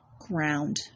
ground